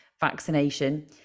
vaccination